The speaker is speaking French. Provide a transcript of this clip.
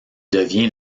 devient